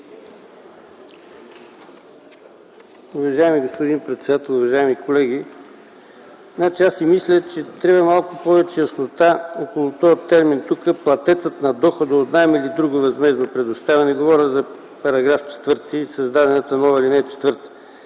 Уважаеми господин председател, уважаеми колеги! Аз си мисля, че трябва малко повече яснота около този термин „платецът на доходи от наем или друго възмездно предоставяне” – говоря за § 4, създадената нова ал. 4.